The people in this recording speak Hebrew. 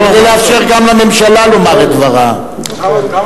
אתם כאן בנוכחות מכובדת.